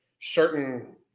certain